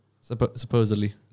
Supposedly